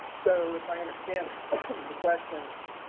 so if i understand the question,